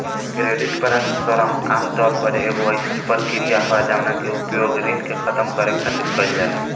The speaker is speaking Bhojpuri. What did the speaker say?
क्रेडिट परामर्श आमतौर पर एगो अयीसन प्रक्रिया ह जवना के उपयोग ऋण के खतम करे खातिर कईल जाला